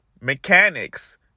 mechanics